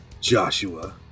Joshua